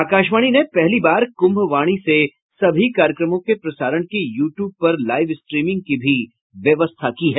आकाशवाणी ने पहली बार कुम्भवाणी से सभी कार्यक्रमों के प्रसारण की यू ट्यूब पर लाइव स्ट्रीमिंग की भी व्यवस्था की है